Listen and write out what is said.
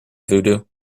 voodoo